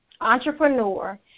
entrepreneur